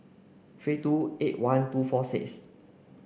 three two eight one two four six